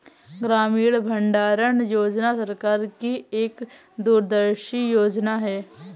ग्रामीण भंडारण योजना सरकार की एक दूरदर्शी योजना है